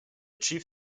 chief